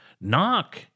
Knock